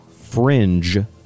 fringe